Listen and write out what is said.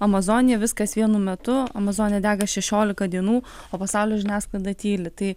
amazonė viskas vienu metu amazonė dega šešiolika dienų o pasaulio žiniasklaida tyli tai